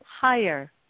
higher